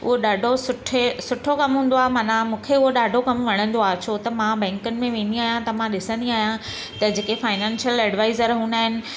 हूअ ॾाढो सुठे सुठो कमु हूंदो आहे माना मूंखे हूअ ॾाढो कम वणंदो आहे छो त मां बैंकिनि में वेंदी आहियां त मां ॾिसंदी आहियां त जेके फाइनैंशियल एडवाइज़र हूंदा आहिनि